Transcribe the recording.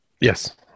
Yes